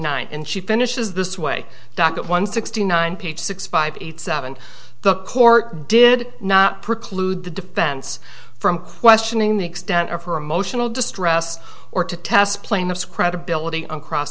nine and she finishes this way back at one sixty nine ph six five eight seven the court did not preclude the defense from questioning the extent of her emotional distress or to test plaintiff's credibility on cross